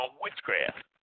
witchcraft